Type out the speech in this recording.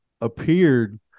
appeared